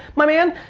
my man,